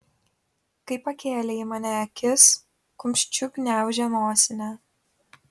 kai pakėlė į mane akis kumščiu gniaužė nosinę